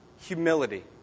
humility